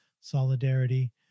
solidarity